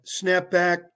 snapback